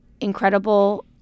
incredible